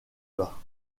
bas